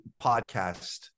podcast